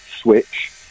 Switch